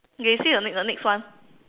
okay you say the next the next one